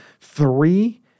Three